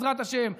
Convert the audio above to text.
בעזרת השם,